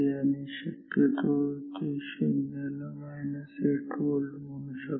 आणि शक्यतो ते शून्याला 8 व्होल्ट म्हणू शकते